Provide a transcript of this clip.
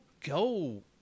go